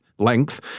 length